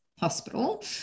hospital